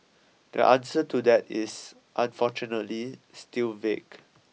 the answer to that is unfortunately still vague